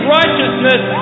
righteousness